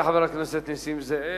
תודה לחבר הכנסת נסים זאב.